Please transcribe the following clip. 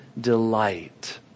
delight